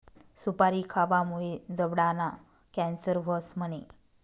सुपारी खावामुये जबडाना कॅन्सर व्हस म्हणे?